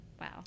Wow